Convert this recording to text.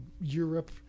Europe